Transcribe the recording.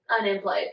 unemployed